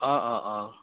অঁ অঁ অঁ